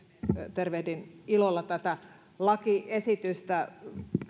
tervehdin ilolla tätä lakiesitystä